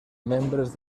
membres